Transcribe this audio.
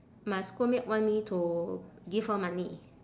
my schoolmate want me to give her money